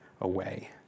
away